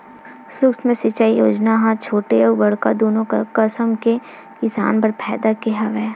सुक्ष्म सिंचई योजना ह छोटे अउ बड़का दुनो कसम के किसान बर फायदा के हवय